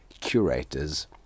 curators